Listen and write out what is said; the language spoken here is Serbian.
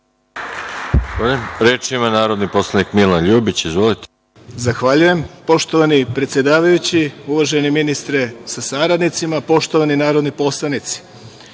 Reč ima narodni poslanik Milan Ljubić. Izvolite. **Milan Ljubić** Zahvaljujem. Poštovani predsedavajući, uvaženi ministre sa saradnicima, poštovani narodni poslanici,